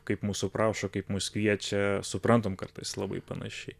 kaip mūsų prašo kaip mus kviečia suprantam kartais labai panašiai